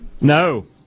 no